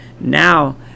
Now